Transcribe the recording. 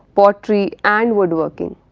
pottery, and woodworking.